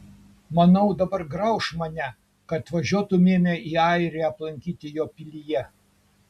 manau dabar grauš mane kad važiuotumėme į airiją aplankyti jo pilyje